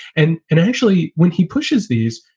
and and actually, when he pushes these,